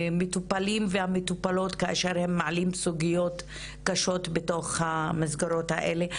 המטופלים והמטופלות כאשר הם מעלים סוגיות קשות בתוך המסגרות האלה.